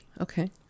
Okay